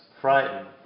frightened